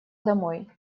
домой